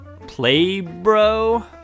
Playbro